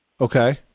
Okay